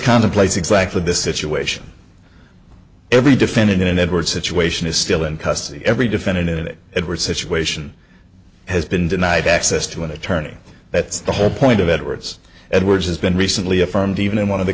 contemplates exactly this situation every defendant in an edwards situation is still in custody every defendant in an edwards situation has been denied access to an attorney that's the whole point of edwards edwards has been recently affirmed even in one of the